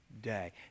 day